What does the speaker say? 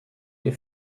les